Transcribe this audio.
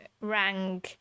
rang